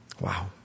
Wow